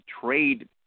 trade